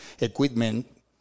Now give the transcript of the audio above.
Equipment